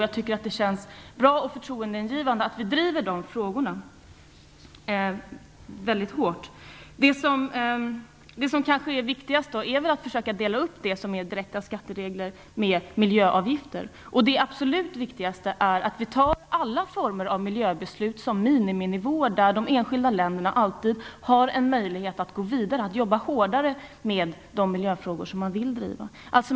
Jag tycker att det känns bra och förtroendeingivande att vi driver dessa frågor väldigt hårt. Det är kanske viktigast att försöka dela upp direkta skatteregler och miljöavgifter. Det absolut viktigaste är att alla former av miljöbeslut gäller miniminivåer och att de enskilda länderna alltid har en möjlighet att gå vidare och jobba hårdare med de miljöfrågor som de vill driva.